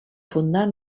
fundar